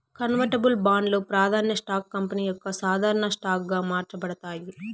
convertible బాండ్లు, ప్రాదాన్య stocks company యొక్క సాధారన స్టాక్ గా మార్చబడతాయి